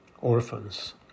orphans